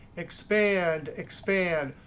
expand, expand.